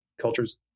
cultures